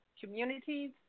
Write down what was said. communities